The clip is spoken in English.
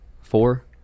Four